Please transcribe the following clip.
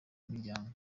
imiryango